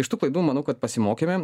iš tų klaidų manau kad pasimokėme